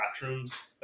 bathrooms